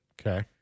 Okay